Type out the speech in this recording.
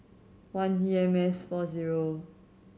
one D M S four zero